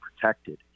protected